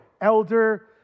elder